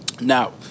Now